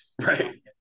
right